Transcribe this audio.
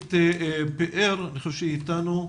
חגית פאר בבקשה.